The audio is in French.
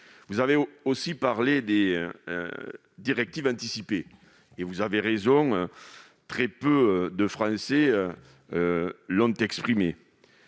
Vous avez aussi parlé des directives anticipées. Vous avez raison, très peu de Français en ont rédigé,